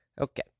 Okay